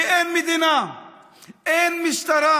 ואין מדינה ואין משטרה.